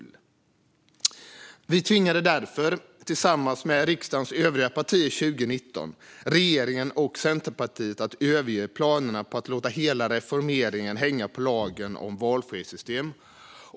År 2019 tvingade vi därför, tillsammans med riksdagens övriga partier, regeringen och Centerpartiet att överge planerna på att låta hela reformeringen hänga på lagen om valfrihetssystem.